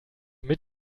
mit